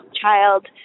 child